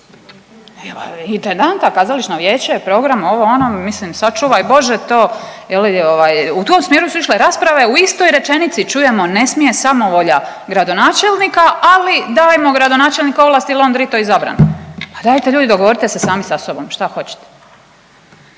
Intendanta, kazališno vijeće, program, ovo, ono, mislim, sačuvaj Bože to, je li, ovaj, u tom smjeru su išle rasprave u istoj rečenici čujemo ne smije samovolja gradonačelnika, ali dajemo gradonačelniku ovlasti .../Govornik se ne razumije./... i zabrana. Pa dajte ljudi dogovorite se sami sa sobom šta hoćete.